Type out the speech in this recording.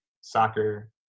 soccer